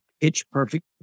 pitch-perfect